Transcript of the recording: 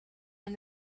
and